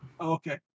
okay